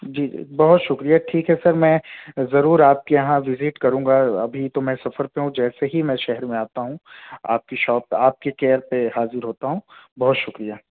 جی جی بہت شکریہ ٹھیک ہے سر میں ضرور آپ کے یہاں وزٹ کروں گا ابھی تو میں سفر پہ ہوں جیسے ہی میں شہر میں آتا ہوں آپ کی شاپ آپ کے کیئر پہ حاضر ہوتا ہوں بہت شکریہ